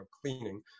cleaning